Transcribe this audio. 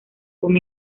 con